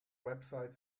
website